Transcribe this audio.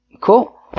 Cool